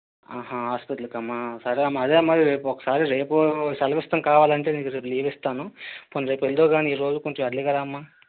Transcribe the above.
ఆహా హాస్పటల్కి అమ్మ సరే అమ్మా అదే అమ్మ రేపు ఒకసారి రేపు సెలవు ఇస్తాము కావాలి అంటే నీకు రేపు లీవ్ ఇస్తాను పోనీ రేపు వెలుదువు కానీ ఈరోజు కొంచెం ఎర్లీగా రామ్మ